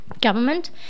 Government